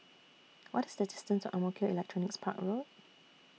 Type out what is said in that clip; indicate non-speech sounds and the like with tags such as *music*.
*noise* What IS The distance to Ang Mo Kio Electronics Park Road